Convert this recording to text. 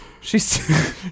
She's-